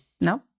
No